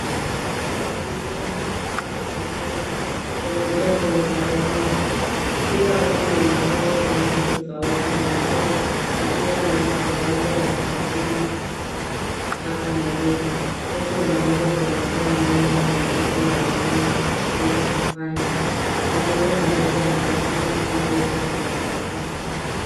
Mabasi ya abiria maarufu kama matatu yamejaa kwenye barabara. Kila basi limepambwa kwa rangi tofauti na michoro ikiwa ni kawaida ya usafiri hapa Nairobi. Watu wanaweza kuonekana ndani ya mabasi na wengine wakisubiri kupanda. Majengo marefu yanaonekana pande zote za barabara.